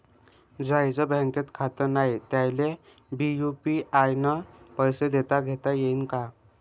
ज्याईचं बँकेत खातं नाय त्याईले बी यू.पी.आय न पैसे देताघेता येईन काय?